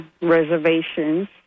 reservations